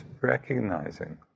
recognizing